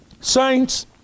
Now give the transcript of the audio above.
Saints